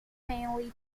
mainly